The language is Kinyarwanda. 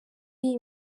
iyi